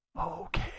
Okay